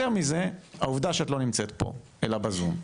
יותר מזה, העובדה שאת לא נמצאת פה אלא בזום.